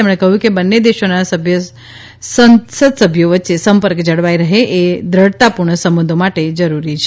તેમણે કહ્યુ કે બંને દેશોના સંસદસભ્યો વચ્ચે સંપર્ક જળવાઇ રહે એ દઢતાપૂર્ણ સંબંધો માટે જરૂરી છે